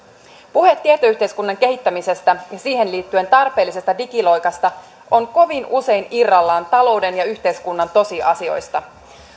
puhe tietoyhteiskunnan kehittämisestä ja siihen liittyen tarpeellisesta digiloikasta on kovin usein irrallaan talouden ja yhteiskunnan tosiasioista